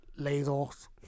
lasers